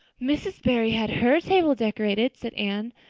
mrs. barry had her table decorated, said anne,